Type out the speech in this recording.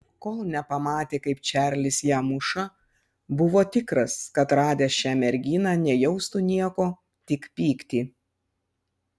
kol nepamatė kaip čarlis ją muša buvo tikras kad radęs šią merginą nejaustų nieko tik pyktį